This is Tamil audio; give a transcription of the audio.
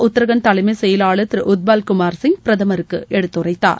உத்ராகண்ட் தலைமை செயலாளர் திரு உத்பால் குமார்சிங் பிரதமருக்கு எடுத்துரைத்தார்